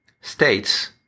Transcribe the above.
States